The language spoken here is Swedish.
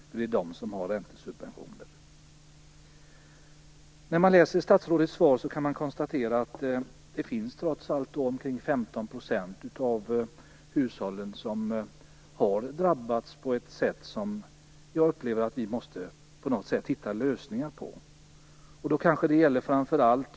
Det är ju de som har räntesubventioner. När man läser statsrådets svar kan man konstatera att det trots allt finns omkring 15 % av hushållen som drabbats på ett sätt som jag upplever att vi måste hitta lösningar på.